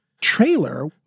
trailer